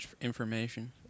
information